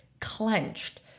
clenched